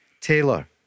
Taylor